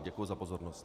Děkuji za pozornost.